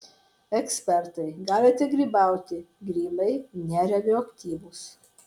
ekspertai galite grybauti grybai neradioaktyvūs